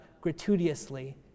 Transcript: gratuitously